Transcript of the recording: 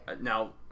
Now